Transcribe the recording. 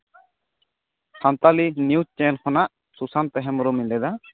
Santali news channel ᱠᱷᱚᱱᱟᱜ ᱥᱩᱥᱟᱱᱛᱚ ᱦᱮᱢᱵᱨᱚᱢᱤᱧ ᱢᱮᱱ ᱮᱫᱟ